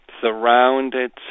Surrounded